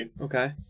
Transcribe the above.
Okay